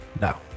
No